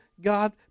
God